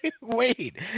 wait